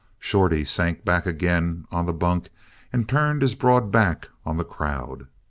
shorty sank back again on the bunk and turned his broad back on the crowd.